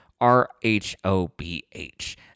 R-H-O-B-H